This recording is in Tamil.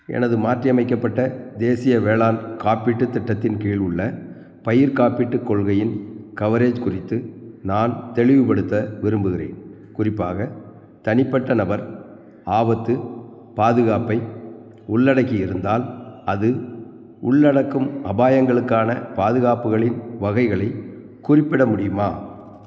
எனது மாற்றியமைக்கப்பட்ட தேசிய வேளாண் காப்பீட்டு திட்டத்தின் கீழ் உள்ள பயிர்க் காப்பீட்டுக் கொள்கையின் கவரேஜ் குறித்து நான் தெளிவுபடுத்த விரும்புகிறேன் குறிப்பாக தனிப்பட்ட நபர் ஆபத்து பாதுகாப்பை உள்ளடக்கியிருந்தால் அது உள்ளடக்கும் அபாயங்களுக்கான பாதுகாப்புகளின் வகைகளை குறிப்பிட முடியுமா